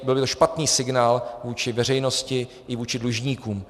byl by to špatný signál vůči veřejnosti i vůči dlužníkům.